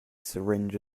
syringe